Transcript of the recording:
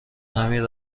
همین